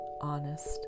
honest